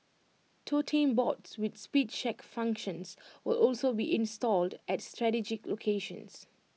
totem boards with speed check functions will also be installed at strategic locations